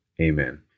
Amen